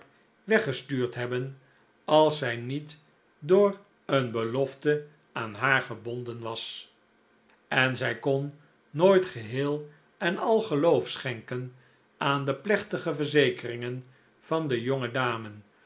weggestuurd hebben als zij niet door een belofte aan haar gebonden was en zij kon nooit geheel en al geloof schenken aan de plechtige verzekeringen van de